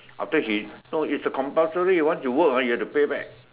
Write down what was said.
after he no is compulsory once you work ah you have to pay back